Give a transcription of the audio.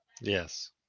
Yes